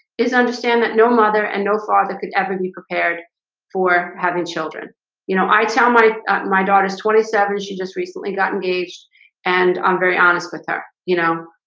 is understand that no mother and no father could ever be prepared for having children you know, i tell my my daughter's twenty seven, she just recently got engaged and i'm very honest with her, you know,